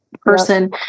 person